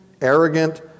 arrogant